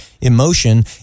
emotion